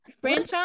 Franchise